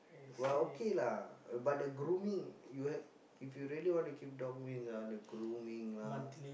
well okay lah but the grooming you have if you really want to keep dog means ah the grooming lah